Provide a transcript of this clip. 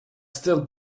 still